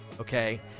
Okay